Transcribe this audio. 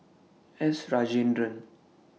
S Rajendran